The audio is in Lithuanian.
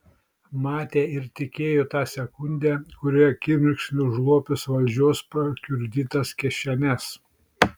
matė ir tikėjo ta sekunde kuri akimirksniu užlopys valdžios prakiurdytas kišenes